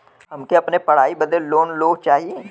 हमके अपने पढ़ाई बदे लोन लो चाही?